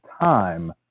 time